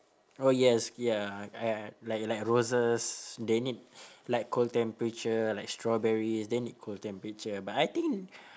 oh yes ya I like like roses they need like cold temperature like strawberries they need cold temperature but I think